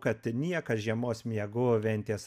kad niekas žiemos miegu ventės